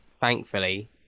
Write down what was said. thankfully